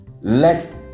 let